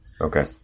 Okay